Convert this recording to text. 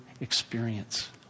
experience